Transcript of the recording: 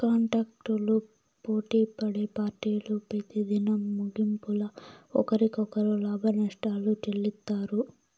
కాంటాక్టులు పోటిపడే పార్టీలు పెతిదినం ముగింపుల ఒకరికొకరు లాభనష్టాలు చెల్లిత్తారు